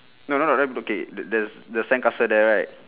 no no no there okay the the the sandcastle there right